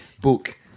book